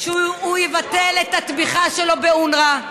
שהוא יבטל את התמיכה שלו באונר"א,